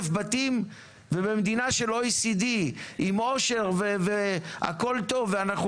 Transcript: בתים ובמדינה של ה-OECD עם עושר והכול טוב ואנחנו